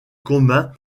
communs